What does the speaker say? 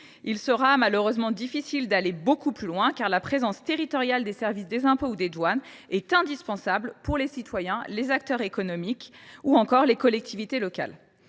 Il sera malheureusement difficile d’aller beaucoup plus loin, car la présence territoriale des services des impôts ou des douanes est indispensable pour les citoyens, les acteurs économiques et les collectivités locales.